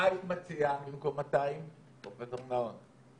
מה היית מציעה במקום 200, פרופ' נהון?